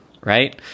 right